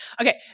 Okay